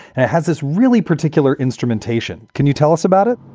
and it has this really particular instrumentation. can you tell us about it?